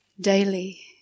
daily